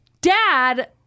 dad